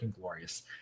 glorious